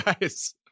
guys